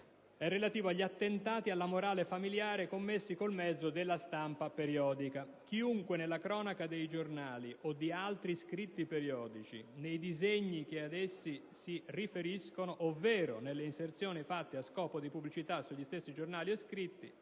è relativo agli attentati alla morale familiare commessi con il mezzo della stampa periodica. L'articolo citato recita: «Chiunque nella cronaca dei giornali o di altri scritti periodici, nei disegni che ad essa si riferiscono, ovvero nelle inserzioni fatte a scopo di pubblicità sugli stessi giornali o scritti,